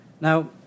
Now